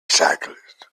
cyclist